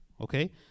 Okay